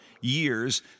years